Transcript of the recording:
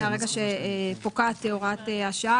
מהרגע שבו פוקעת הוראת השעה,